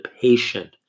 patient